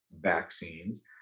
vaccines